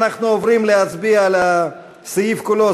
אנחנו עוברים להצביע על הסעיף כולו,